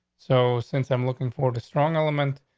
so since i'm looking forward to strong element,